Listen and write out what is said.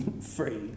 free